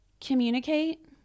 communicate